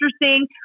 interesting